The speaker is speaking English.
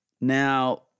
Now